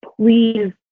please